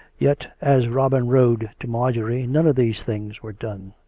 yet, as robin rode to marjorie none of these things were done.